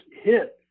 hit